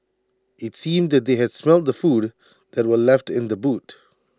IT seemed that they had smelt the food that were left in the boot